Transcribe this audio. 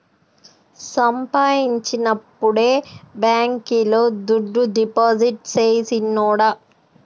సంపాయించినప్పుడే బాంకీలో దుడ్డు డిపాజిట్టు సెయ్ సిన్నోడా